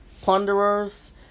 plunderers